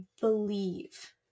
believe